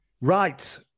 right